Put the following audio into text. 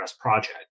project